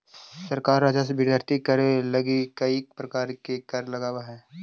सरकार राजस्व वृद्धि करे लगी कईक प्रकार के कर लेवऽ हई